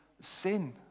sin